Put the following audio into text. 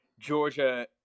Georgia